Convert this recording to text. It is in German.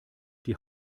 die